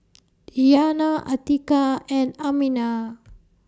Diyana Atiqah and Aminah